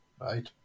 right